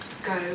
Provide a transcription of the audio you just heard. Go